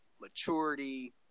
Maturity